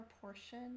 portion